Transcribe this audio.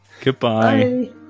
goodbye